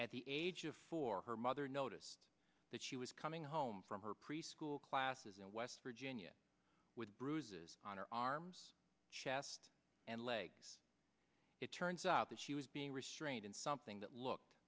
at the age of four her mother noticed that she was coming home from her preschool classes and west virginia with bruises on her arms chest and legs it turns out that she was being restrained in something that looked